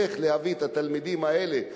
איך להביא את התלמידים האלה,